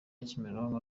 kimironko